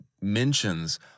mentions